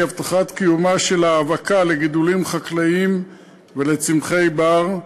הבטחת קיומה של האבקה לגידולים חקלאיים ולצמחי בר.